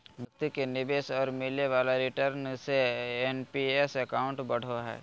व्यक्ति के निवेश और मिले वाले रिटर्न से एन.पी.एस अकाउंट बढ़ो हइ